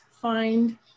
find